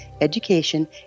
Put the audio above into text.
education